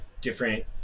different